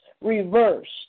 reversed